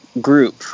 group